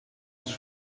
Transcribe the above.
als